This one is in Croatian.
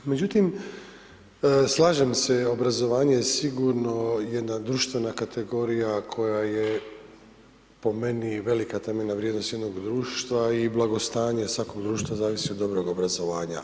Međutim, slažem se, obrazovanje je sigurno jedna društvena kategorija koja je po meni velika temeljna vrijednost jednog društva i blagostanja svakog društva zavisi od dobrog obrazovanja.